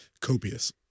Copious